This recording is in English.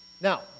now